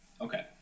Okay